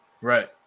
Right